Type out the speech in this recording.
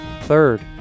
Third